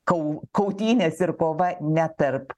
kau kautynės ir kova ne tarp